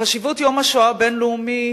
חשיבות יום השואה הבין-לאומי